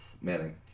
Manning